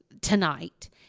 tonight